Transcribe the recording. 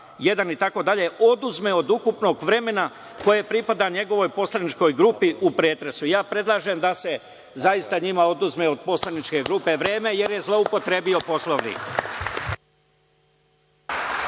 člana, itd, oduzme od ukupnog vremena koje pripada njegovoj poslaničkoj grupi u pretresu. Ja predlažem da se zaista njima od poslaničke grupe oduzme vreme, jer je zloupotrebio Poslovnik.